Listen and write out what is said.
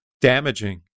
damaging